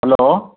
hello